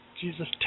Jesus